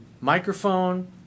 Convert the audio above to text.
microphone